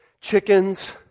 Chickens